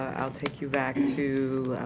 i'll take you back to,